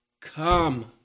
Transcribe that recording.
come